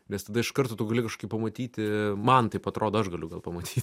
nes tada iš karto tu gali kažkaip pamatyti man taip atrodo aš galiu pamatyt